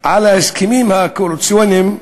על ההסכמים הקואליציוניים,